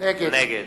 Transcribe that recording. נגד